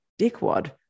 dickwad